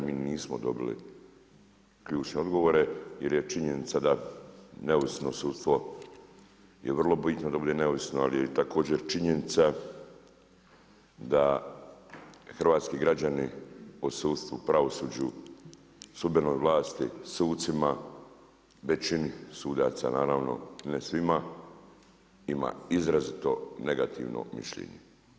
Mi nismo dobili ključne odgovore jer je činjenica da neovisno sudstvo je vrlo bitno da bude neovisno, ali je također činjenica da hrvatski građani o sudstvu, pravosuđu, sudbenoj vlasti, sucima, većini sudaca naravno ne svima, ima izrazito negativno mišljenje.